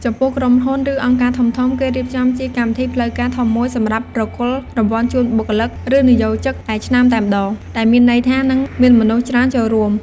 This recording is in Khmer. ចំំពោះក្រុមហ៊ុន ឬ អង្គការធំៗ គេរៀបចំជាកម្មវិធីផ្លូវការធំមួយសម្រាប់ប្រគល់រង្វាន់ជូនបុគ្គលិក ឬ និយោកជិកដែលឆ្នើមតែម្ដង ដែលមានន័យថានឹងមានមនុស្សច្រើនចូលរួម។